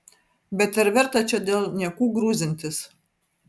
bet ar verta čia dėl niekų grūzintis